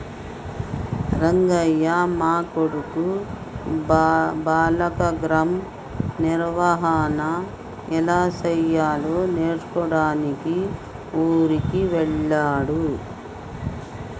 రంగయ్య మా కొడుకు బ్లాక్గ్రామ్ నిర్వహన ఎలా సెయ్యాలో నేర్చుకోడానికి ఊరికి వెళ్ళాడు